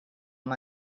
amb